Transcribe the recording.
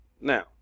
now